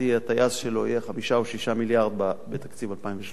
ה"טייס" שלו יהיה 5 6 מיליארד בתקציב 2013,